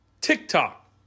TikTok